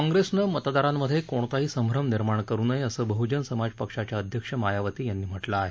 काँग्रेसनं मतदारांमध्ये कोणताही संभ्रम निर्माण करू नये असं बहजन समाज पक्षाच्या अध्यक्ष मायावती यांनी म्हटलं आहे